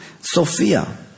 Sophia